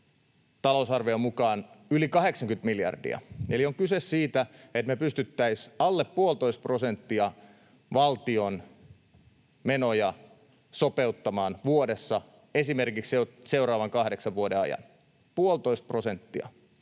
talousarvion mukaan yli 80 miljardia. Eli on kyse siitä, että me pystyttäisiin alle puolitoista prosenttia valtion menoja sopeuttamaan vuodessa esimerkiksi seuraavan kahdeksan vuoden ajan — puolitoista